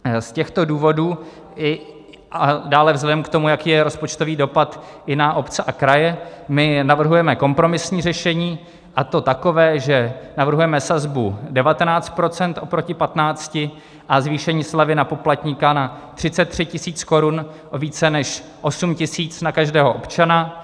Z těchto důvodů a dále vzhledem k tomu, jaký je rozpočtový dopad i na obce a kraje, my navrhujeme kompromisní řešení, a to takové, že navrhujeme sazbu 19 % proti 15 a zvýšení slevy na poplatníka na 33 tisíc korun, o více než 8 tisíc na každého občana.